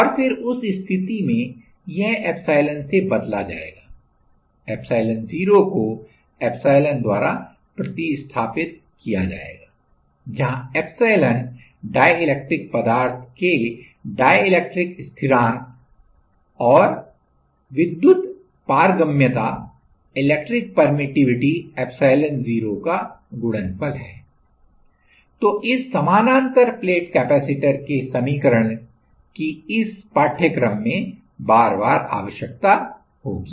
और फिर उस स्थिति में यह एप्सिलॉन से बदला जाएगा एप्सिलॉन0 को एप्सिलॉन द्वारा प्रतिस्थापित किया जाएगाजहां एप्सिलॉन डाइइलेक्ट्रिक पदार्थ के डाइइलेक्ट्रिक स्थिरांक और में विद्युत पारगम्यता एप्सिलॉन0 का गुणनफल है तो इस समानांतर प्लेट कैपेसिटर के समीकरण की इस पाठ्यक्रम में बार बारआवश्यकता होगी